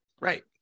Right